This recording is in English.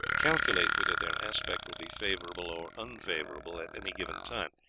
calculate whether their aspect will be favourable or unfavourable at any given time,